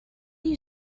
you